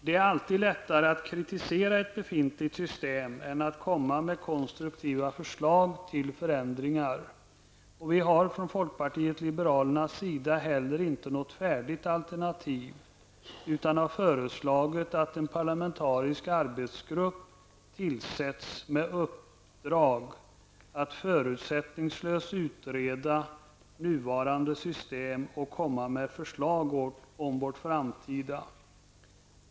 Det är alltid lättare att kritisera ett befintligt system än att komma med konstruktiva förslag till förändringar. Vi har från folkpartiet liberalernas sida ej heller något färdigt alternativ utan har föreslagit att en parlamentarisk arbetsgrupp tillsätts med uppgift att förutsättningslöst utreda nuvarande system och komma med förslag om vårt framtida system.